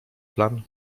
plan